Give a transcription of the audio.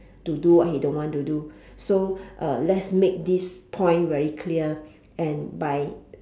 to do what he don't want to do so uh let's make this point very clear and by